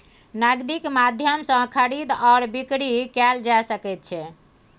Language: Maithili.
नगदीक माध्यम सँ खरीद आओर बिकरी कैल जा सकैत छै